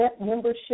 membership